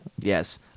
yes